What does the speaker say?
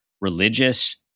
religious